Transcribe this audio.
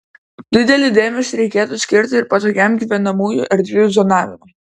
didelį dėmesį reiktų skirti ir patogiam gyvenamųjų erdvių zonavimui